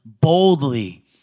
boldly